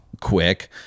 quick